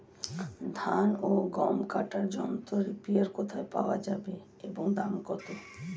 ধান ও গম কাটার যন্ত্র রিপার কোথায় পাওয়া যাবে এবং দাম কত?